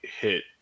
hit